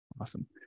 Awesome